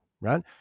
right